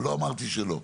לא אמרתי שלא.